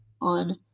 on